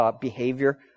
behavior